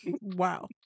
Wow